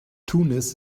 tunis